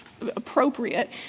appropriate